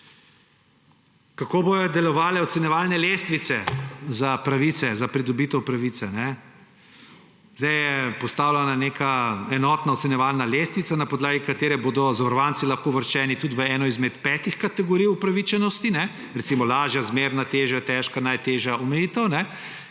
Kako bodo delovale ocenjevalne lestvice za pridobitev pravice? Zdaj je postavljena neka enotna ocenjevalna lestvica, na podlagi katere bodo zavarovanci lahko uvrščeni tudi v eno izmed petih kategorij upravičenosti, recimo lažja, zmerna, težja, težka, najtežja omejitev,